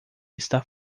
está